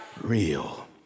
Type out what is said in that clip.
real